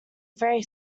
very